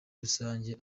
rusange